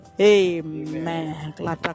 Amen